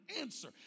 answer